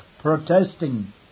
protesting